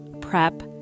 Prep